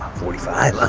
forty five.